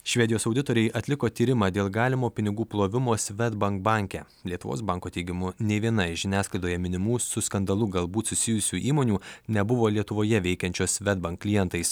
švedijos auditoriai atliko tyrimą dėl galimo pinigų plovimo swedbank banke lietuvos banko teigimu nei viena iš žiniasklaidoje minimų su skandalu galbūt susijusių įmonių nebuvo lietuvoje veikiančio swedbank klientais